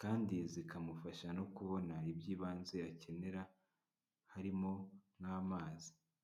Kandi zikamufasha no kubona iby'ibanze yakenera harimo nk'amazi.